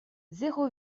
zéro